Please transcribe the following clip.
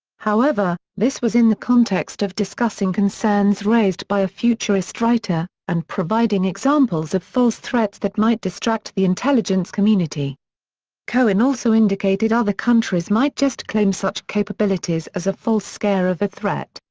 however, this was in the context of discussing concerns raised by a futurist writer, and providing examples of false threats that might distract the intelligence community cohen also indicated other countries might just claim such capabilities as a false scare of a threat.